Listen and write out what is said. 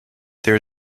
there